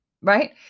Right